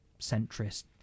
centrist